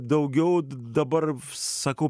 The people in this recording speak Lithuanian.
daugiau dabar sakau